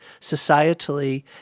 Societally